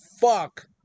fuck